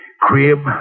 crib